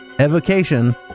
Evocation